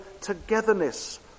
togetherness